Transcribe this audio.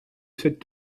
cette